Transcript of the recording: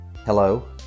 Hello